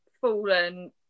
fallen